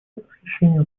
восхищение